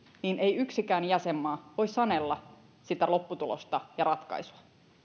niin ei yksikään jäsenmaa voi sanella sitä lopputulosta ja ratkaisua